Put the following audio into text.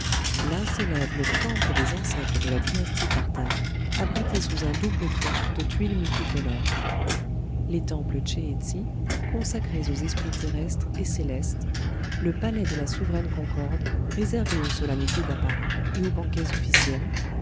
là s'élèvent le temple des ancêtres de la dynastie tartare abrité sous un double toit de tuiles multicolores les temples che et tsi consacrés aux esprits terrestres et célestes le palais de la souveraine concorde réservé aux solennités d'apparat et aux banquets officiels